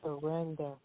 surrender